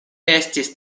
estis